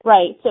Right